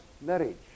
marriage